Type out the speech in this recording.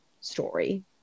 story